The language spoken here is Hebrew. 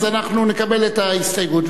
אז אנחנו נקבל את ההסתייגות.